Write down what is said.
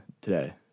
today